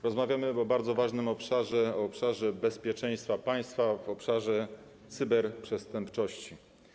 Rozmawiamy o bardzo ważnym obszarze, o obszarze bezpieczeństwa państwa, o obszarze cyberprzestępczości.